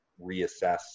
reassess